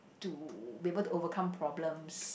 to be able to overcome problems